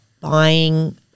buying